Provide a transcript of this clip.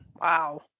Wow